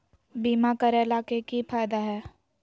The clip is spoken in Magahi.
बीमा करैला के की फायदा है?